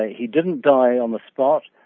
ah he didn't die on the spot.